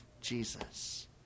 Jesus